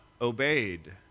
obeyed